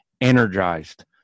energized